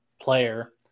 player